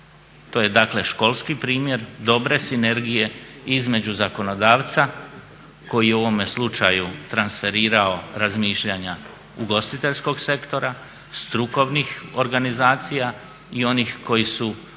To je dakle školski primjer dobre sinergije između zakonodavca koji je u ovome slučaju transferirao razmišljanja ugostiteljskog sektora, strukovnih organizacija i onih koji su